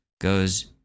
goes